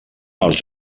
els